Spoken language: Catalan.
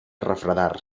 refredar